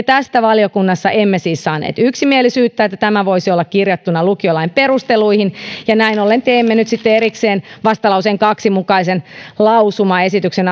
tästä valiokunnassa emme siis saaneet yksimielisyyttä että tämä voisi olla kirjattuna lukiolain perusteluihin näin ollen teemme nyt sitten erikseen vastalauseen kahden mukaisen lausumaesityksen